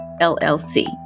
LLC